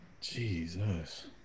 Jesus